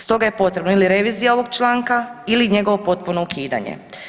Stoga je potrebno ili revizija ovog članka ili njegovo potpuno ukidanje.